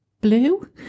blue